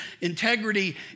integrity